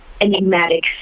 enigmatic